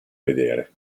vedere